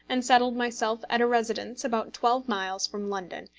and settled myself at a residence about twelve miles from london,